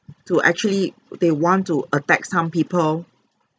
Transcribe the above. to actually they want to attack some people